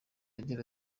agira